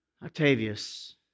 Octavius